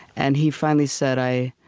and he finally said, i